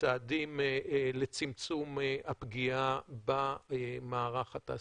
צעדים לצמצום הפגיעה במערך התעשייתי.